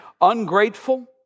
ungrateful